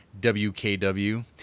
WKW